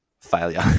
failure